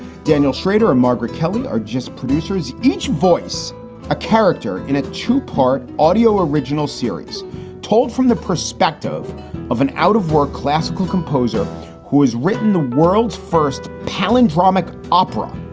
daniel shrader and margaret kelly are just producers, each voice a character in a two part audio original series told from the perspective of an out of work classical composer who has written the world's first palindromic opera.